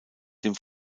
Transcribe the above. dem